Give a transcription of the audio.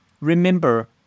Remember